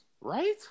Right